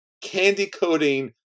candy-coating